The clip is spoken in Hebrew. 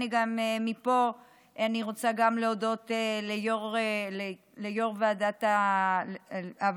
גם מפה אני רוצה להודות ליו"ר הוועדה